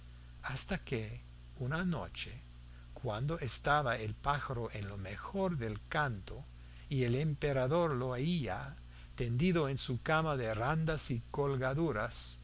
hasta que una noche cuando estaba el pájaro en lo mejor del canto y el emperador lo oía tendido en su cama de randas y colgaduras